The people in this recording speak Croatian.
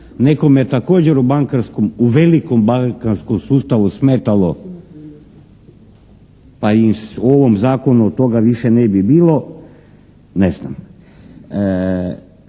također u bankarskom, u velikom bankarskom sustavu smetalo, pa i u ovom zakonu toga više ne bi bilo ne znam.